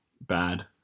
Bad